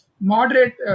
moderate